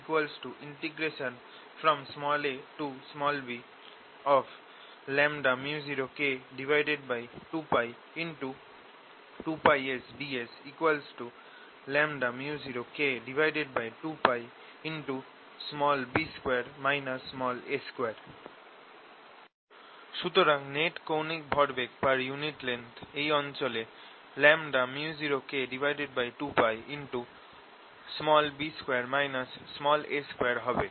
Net angular momentumlength abµ0K2π2πsds µ0K2π সুতরাং net কৌণিক ভরবেগ পার ইউনিট লেংথ এই অঞ্চলে µ0K2π হবে